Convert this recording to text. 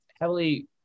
heavily